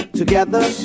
together